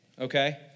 okay